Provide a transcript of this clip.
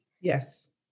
Yes